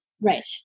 Right